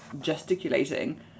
gesticulating